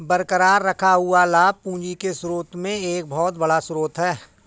बरकरार रखा हुआ लाभ पूंजी के स्रोत में एक बहुत बड़ा स्रोत है